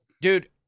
Dude